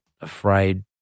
afraid